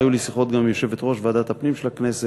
היו לי גם שיחות עם יושבת-ראש ועדת הפנים של הכנסת,